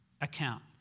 account